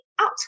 out